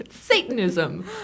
Satanism